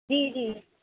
جی جی